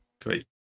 Great